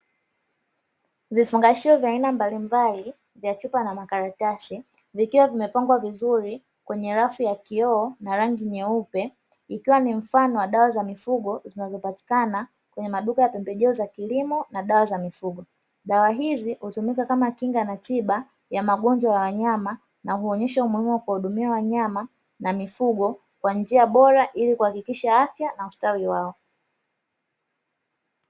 Vifungashio vya aina mbalimbali vya chupa na makaratasi, vikiwa vimepangwa vizuri kwenye rafu ya kioo na rangi nyeupe, ikiwa ni mfano wa dawa za mifugo zinazopatikana kwenye maduka ya pembejeo za kilimo na dawa za mifugo, dawa hizi hutumika kama kinga na tiba ya magonjwa ya wanyama na huonyesha umuhimu wa kuwahudumia wanyama na mifugo kwa njia bora ili kuhakikisha afya na ustawi wao.